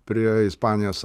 prie ispanijos